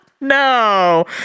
No